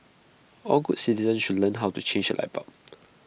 all good citizens should learn how to change A light bulb